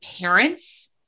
parents